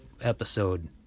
episode